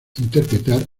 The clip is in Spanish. interpretar